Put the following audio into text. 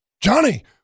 Johnny